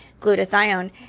glutathione